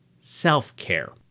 self-care